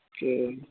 ٹھیک ہے